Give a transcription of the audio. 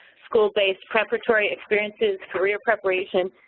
school-based preparatory experiences, career preparation,